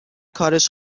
کارش